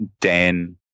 Dan